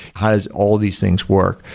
has all these things work.